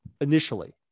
initially